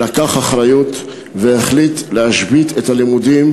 שלקח אחריות והחליט להשבית את הלימודים,